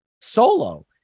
solo